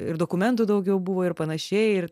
ir dokumentų daugiau buvo ir panašiai ir